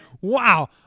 Wow